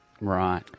Right